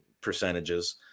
percentages